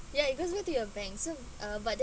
ya it was linked to your bank so uh but